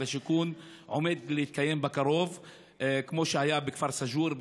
השיכון עומד להתקיים בקרוב כמו שהיה בכפר סאג'ור,